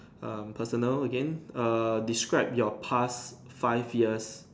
um personal again err describe your past five years